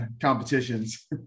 competitions